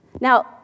Now